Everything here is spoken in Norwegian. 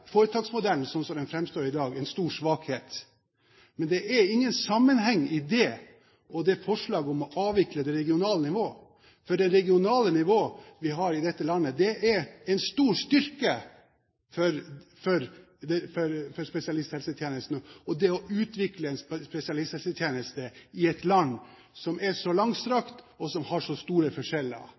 foretaksmodellen, sånn som den framstår i dag, en stor svakhet. Men det er ingen sammenheng mellom det og forslaget om å avvikle det regionale nivå. For det regionale nivå som vi har i dette landet, er en stor styrke for spesialisthelsetjenesten og for å utvikle en spesialisthelsetjeneste i et land som er så langstrakt, med så store geografiske forskjeller.